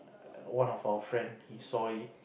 one of our friend he saw it